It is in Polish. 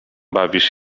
bawisz